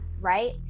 right